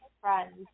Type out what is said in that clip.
friends